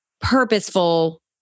purposeful